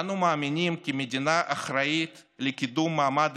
אנו מאמינים כי המדינה אחראית לקידום מעמד